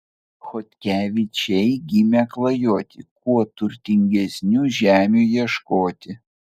chodkevičiai gimę klajoti kuo turtingesnių žemių ieškoti